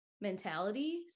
mentality